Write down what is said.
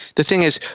the thing is,